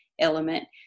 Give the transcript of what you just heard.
element